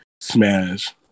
smash